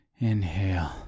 inhale